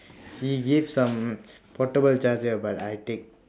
he give some portable charger but I take